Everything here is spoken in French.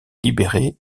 libérées